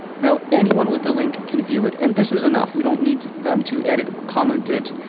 now anyone with the link can view it. and this is enough we don't need them to edit or comment it,